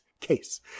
case